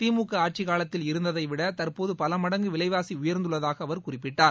திமுக ஆட்சிக்காலத்தில் இருந்ததைவிட தற்போது பலமடங்கு விலைவாசி உயர்ந்துள்ளதாக அவர் குறிப்பிட்டார்